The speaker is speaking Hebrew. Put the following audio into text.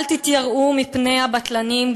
אל תתייראו מפני הבטלנים,